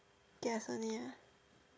guess only